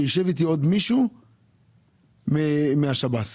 אין כל סיבה שישב איתי עוד מישהו שירות בתי הסוהר.